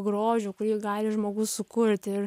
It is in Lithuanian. grožio kurį gali žmogus sukurt ir